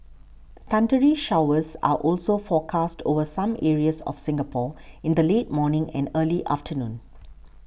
thundery showers are also forecast over some areas of Singapore in the late morning and early afternoon